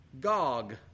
Gog